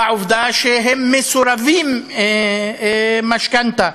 בעובדה שהם מסורבי משכנתה.